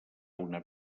una